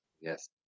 Yes